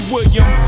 William